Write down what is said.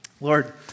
Lord